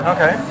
Okay